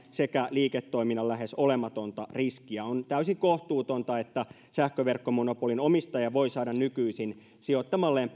sekä liiketoiminnan lähes olematonta riskiä on täysin kohtuutonta että sähköverkkomonopolin omistaja voi saada nykyisin sijoittamalleen